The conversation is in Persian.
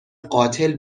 قاتل